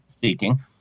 seeking